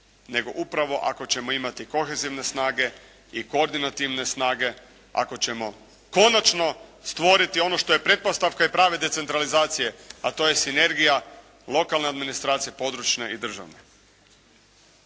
nego upravo ako ćemo imati kohezivne snage i koordinativne snage ako ćemo konačno stvoriti ono što je pretpostavka i prave decentralizacije a to je sinergija lokalne administracije, područne i državne.